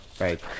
right